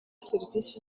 serivisi